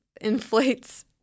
inflates